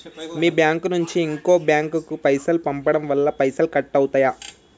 మీ bank నుంచి ఇంకో bank కు పైసలు పంపడం వల్ల పైసలు కట్ అవుతయా?